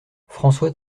françois